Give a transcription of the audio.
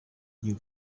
you